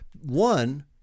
one